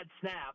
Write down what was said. snap